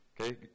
okay